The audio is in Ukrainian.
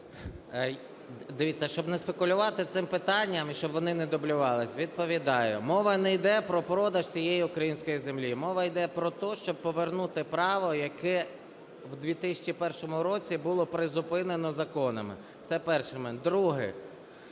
Дивіться, щоб не спекулювати цим питанням і щоб вони не дублювались, відповідаю. Мова не йде про продаж всієї української землі. Мова йде про те, щоб повернути право, яке в 2001 році було призупинено законами. Це перший момент. Другий.